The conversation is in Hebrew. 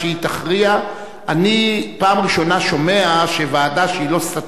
אני קובע שהצעת